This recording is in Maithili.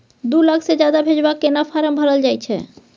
दू लाख से ज्यादा भेजबाक केना फारम भरल जाए छै?